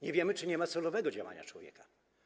Nie wiemy, czy nie ma celowego działania człowieka.